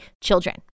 children